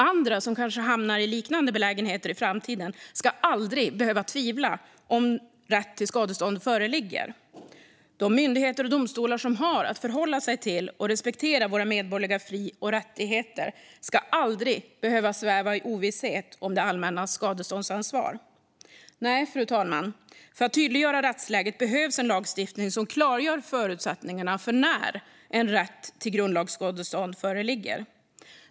Andra som kanske hamnar i liknande belägenheter i framtiden ska aldrig behöva tvivla på att rätt till skadestånd föreligger. De myndigheter och domstolar som har att förhålla sig till och respektera våra medborgerliga fri och rättigheter ska aldrig behöva sväva i ovisshet om det allmännas skadeståndsansvar. Fru talman! För att tydliggöra rättsläget behövs en lagstiftning som klargör förutsättningarna för när rätt till grundlagsskadestånd föreligger.